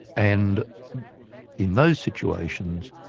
and in those situations,